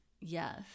yes